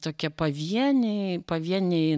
tokie pavieniai pavieniai